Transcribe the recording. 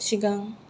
सिगां